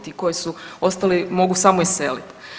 Ti koji su ostali mogu samo iselit.